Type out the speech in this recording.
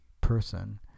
person